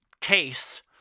case